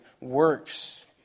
works